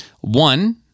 One